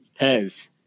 Pez